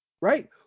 right